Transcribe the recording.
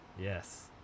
yes